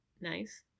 nice